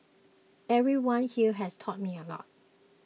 everyone here has taught me a lot